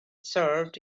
served